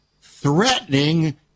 threatening